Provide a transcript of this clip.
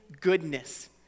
goodness